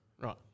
Right